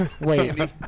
Wait